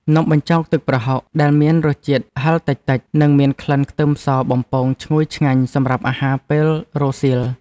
នំបញ្ចុកទឹកប្រហុកដែលមានរសជាតិហឹរតិចៗនិងមានក្លិនខ្ទឹមសបំពងឈ្ងុយឆ្ងាញ់សម្រាប់អាហារពេលរសៀល។